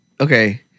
okay